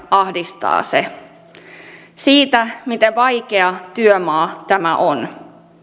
ahdistaa kaikkia siitä miten vaikea työmaa tämä on